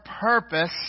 purpose